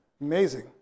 Amazing